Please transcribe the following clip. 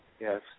Yes